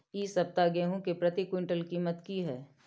इ सप्ताह गेहूं के प्रति क्विंटल कीमत की हय?